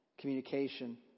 communication